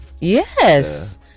yes